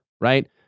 right